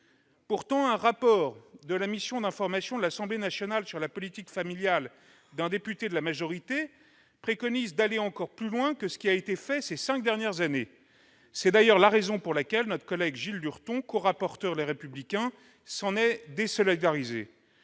Pourtant, dans un rapport de la mission d'information de l'Assemblée nationale sur la politique familiale, un député de la majorité préconise d'aller encore plus loin que ce qui a été fait ces cinq dernières années ; c'est d'ailleurs la raison pour laquelle notre collègue Gilles Lurton, corapporteur Les Républicains, s'en est désolidarisé.